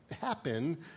happen